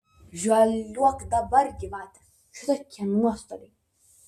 žaliuok dabar gyvate šitokie nuostoliai